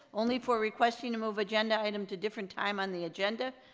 only for requesting to move agenda item to different time on the agenda.